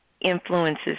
influences